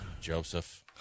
Joseph